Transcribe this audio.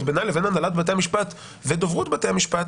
בינה לבין הנהלת בתי המשפט ודוברות בתי המשפט